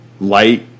light